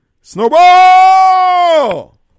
Snowball